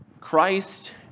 Christ